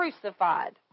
Crucified